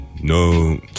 no